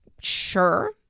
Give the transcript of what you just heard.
sure